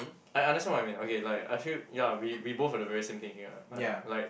I understand what you mean okay like I feel ya we we both have the very same thing ya I've like